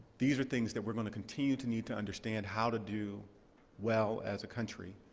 these are things that we're going to continue to need to understand how to do well as a country,